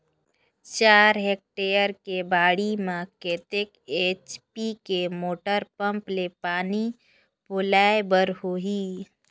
चार हेक्टेयर के बाड़ी म कतेक एच.पी के मोटर पम्म ले पानी पलोय बर होही?